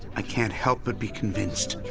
i can't help but be convinced!